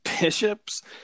Bishop's